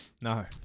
No